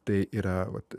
tai yra vat